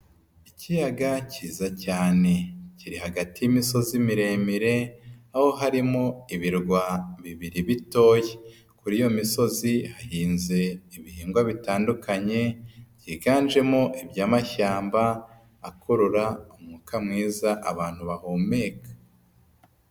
Ikiyaga kiyiza cyane, kiri hagati y'imisozi miremire, aho harimo ibirwa bibiri bitoya. Kuri iyo misozi hahinze ibihingwa bitandukanye, byiganjemo iby'amashyamba akurura umwuka mwiza abantu bahumeka.